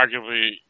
arguably